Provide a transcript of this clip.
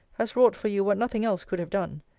has wrought for you what nothing else could have done.